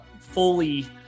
fully